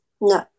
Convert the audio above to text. no